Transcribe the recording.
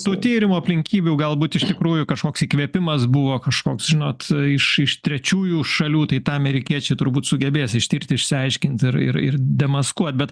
tų tyrimų aplinkybių galbūt iš tikrųjų kažkoks įkvėpimas buvo kažkoks žinot iš iš trečiųjų šalių tai tą amerikiečiai turbūt sugebės ištirti išsiaiškint ir ir ir demaskuot bet